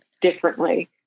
differently